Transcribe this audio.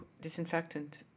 disinfectant